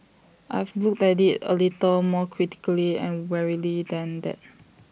I've looked at IT A little more critically and warily than that